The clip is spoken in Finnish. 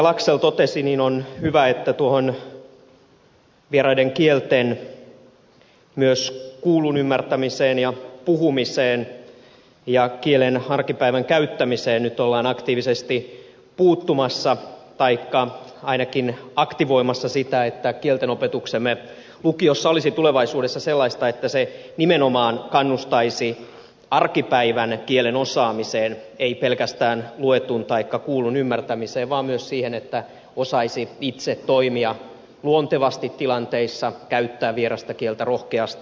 laxell totesi on hyvä että myös tuohon vieraiden kielten kuullun ymmärtämiseen ja puhumiseen ja kielen arkipäivän käyttämiseen nyt ollaan aktiivisesti puuttumassa taikka ainakin aktivoimassa sitä että kieltenopetuksemme lukiossa olisi tulevaisuudessa sellaista että se nimenomaan kannustaisi arkipäivän kielen osaamiseen ei pelkästään luetun taikka kuullun ymmärtämiseen vaan myös siihen että osaisi itse toimia luontevasti tilanteissa käyttää vierasta kieltä rohkeasti